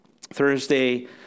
Thursday